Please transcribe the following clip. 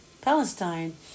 palestine